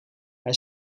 hij